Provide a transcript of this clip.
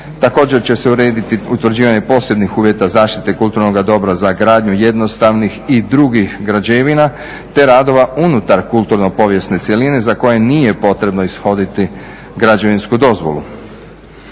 također će se urediti utvrđivanje posebnih uvjeta zaštite kulturnoga dobra za gradnju jednostavnih i drugih građevina te radova unutar kulturno povijesne cjeline za koje nije potrebno ishoditi građevinsku dozvolu.